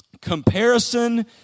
Comparison